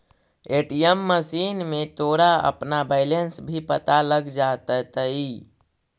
ATM machine में तोरा अपना बैलन्स भी पता लग जाटतइ